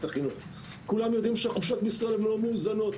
החינוך וכולם יודעים שהחופשות בישראל לא מאוזנות: